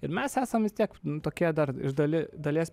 ir mes esam vis tiek tokie dar iš dali dalies